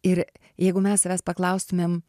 ir jeigu mes savęs paklaustumėm